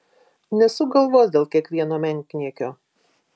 nesuk galvos dėl kiekvieno menkniekio